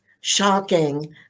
shocking